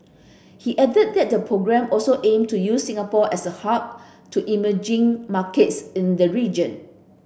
he added that the programme also aim to use Singapore as a hub to emerging markets in the region